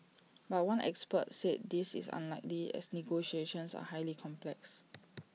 but one expert said this is unlikely as negotiations are highly complex